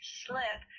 slip